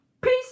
Peace